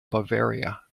bavaria